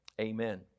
amen